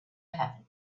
happen